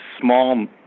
small